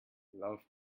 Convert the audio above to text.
love